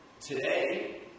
Today